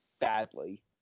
badly